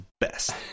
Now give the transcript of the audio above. best